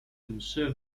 mszy